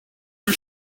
you